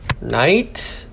night